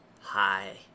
Hi